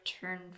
turn